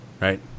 Right